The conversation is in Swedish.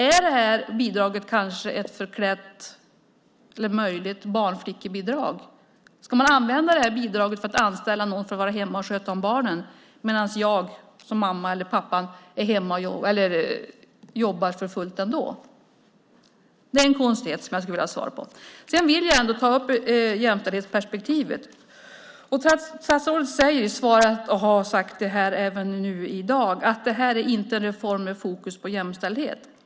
Är det här bidraget kanske ett förklätt eller möjligt barnflickebidrag? Ska det här bidraget användas för att anställa någon som kan vara hemma och sköta om barnen medan mamman eller pappan jobbar för fullt? Det är en konstighet där jag skulle vilja ha svar. Sedan vill jag ändå ta upp jämställdhetsperspektivet. Statsrådet säger i svaret i dag att det här inte är en reform med fokus på jämställdhet.